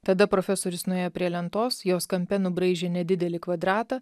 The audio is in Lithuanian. tada profesorius nuėjo prie lentos jos kampe nubraižė nedidelį kvadratą